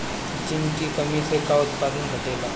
Zinc की कमी से का उत्पादन घटेला?